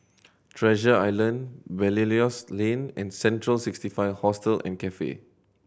Treasure Island Belilios Lane and Central Sixty Five Hostel and Cafe